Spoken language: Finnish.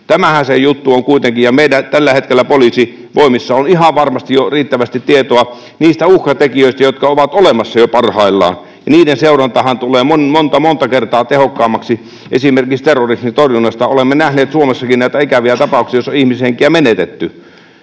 Tämähän se juttu on kuitenkin, ja tällä hetkellä meidän poliisivoimissa on ihan varmasti jo riittävästi tietoa niistä uhkatekijöistä, jotka ovat olemassa jo parhaillaan, ja niiden seurantahan tulee monta monta kertaa tehokkaammaksi esimerkiksi terrorismin torjunnassa. Olemme nähneet Suomessakin näitä ikäviä tapauksia, joissa on ihmishenkiä menetetty.